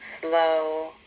slow